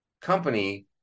company